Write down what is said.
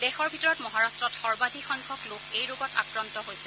দেশৰ ভিতৰত মহাৰাট্টত সৰ্বাধিক সংখ্যক লোক এই ৰোগত আক্ৰান্ত হৈছে